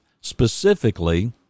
Specifically